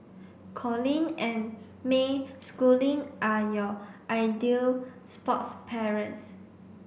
Colin and May Schooling are your ideal sports parents